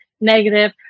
negative